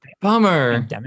Bummer